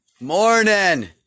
Morning